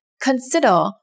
consider